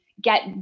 get